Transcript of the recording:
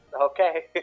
Okay